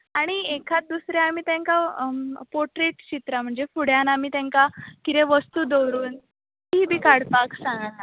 आनी एकाद दुसरे आमी तांकां पोटरेट चित्रा म्हणजे फुड्यांत आमी तांकां कितें वस्तू दवरून ती बीन काडपाक सागलां